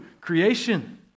creation